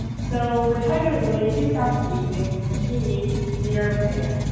so for tiger lily she stops aging when she meets pteter pan.